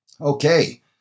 Okay